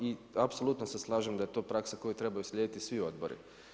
I apsolutno se slažem da je to praksa koju trebaju slijediti svi odbori.